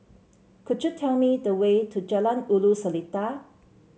could you tell me the way to Jalan Ulu Seletar